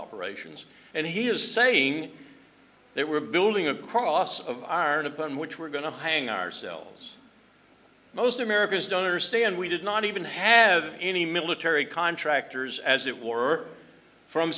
operations and he is saying that we're building a cross of our own upon which we're going to hang ourselves most americans don't understand we did not even have any military contractors as it were from